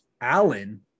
Allen